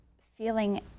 feeling